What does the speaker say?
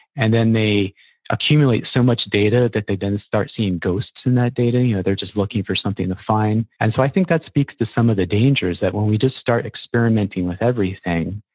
and then they accumulate so much data that they then start seeing ghosts in that data, you know they're just looking for something to find. and so i think that speaks to some of the dangers that when we just start experimenting with everything,